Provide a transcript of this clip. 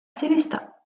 sélestat